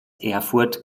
erfurt